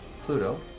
pluto